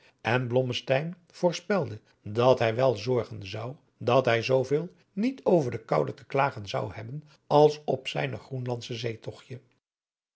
en blommesteyn voorspelde dat hij wel zorgen zou dat hij zooveel niet over de koude te klagen zou hebhen als op zijn